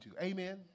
Amen